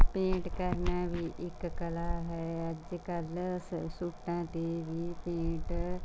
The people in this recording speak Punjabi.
ਪੇਂਟ ਕਰਨਾ ਵੀ ਇੱਕ ਕਲਾ ਹੈ ਅੱਜ ਕੱਲ ਸ ਸੂਟਾਂ ਤੇ ਵੀ ਪੇਂਟ